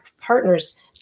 partners